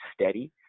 steady